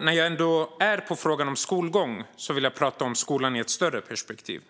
När jag ändå är inne på frågan om skolgång vill jag prata om skolan i ett större perspektiv.